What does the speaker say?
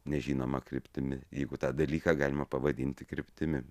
nežinoma kryptimi jeigu tą dalyką galima pavadinti kryptimi